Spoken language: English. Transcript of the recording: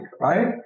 right